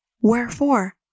Wherefore